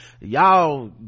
y'all